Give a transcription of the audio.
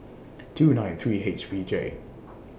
two nine three H V J